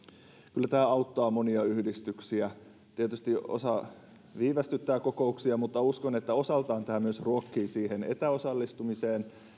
kyllä tämä auttaa monia yhdistyksiä tietysti osa viivästyttää kokouksia mutta uskon että osaltaan tämä myös ruokkii siihen etäosallistumiseen